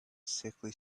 sickly